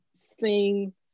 Sing